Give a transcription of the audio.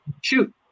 shoot